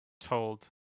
told